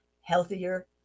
healthier